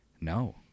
No